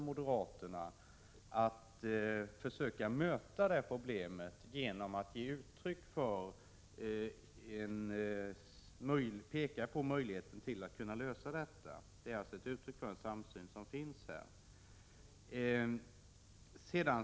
moderaterna har bidragit till att lösa detta problem. Det är alltså ett uttryck för en samsyn i denna fråga.